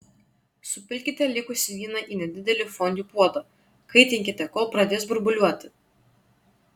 supilkite likusį vyną į nedidelį fondiu puodą kaitinkite kol pradės burbuliuoti